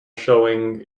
showing